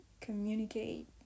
communicate